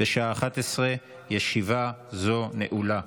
בשעה 11:00. ישיבה זו נעולה.